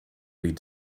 lead